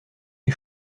les